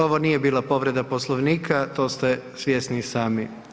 Ovo nije bila povreda poslovnika, to ste svjesni i sami.